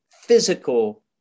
physical